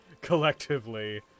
collectively